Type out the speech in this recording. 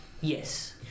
Yes